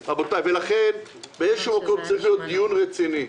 לכן באיזשהו מקום צריך להיות דיון רציני.